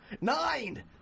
Nine